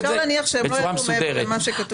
אפשר להניח שהם לא ידעו מעבר למה שכתוב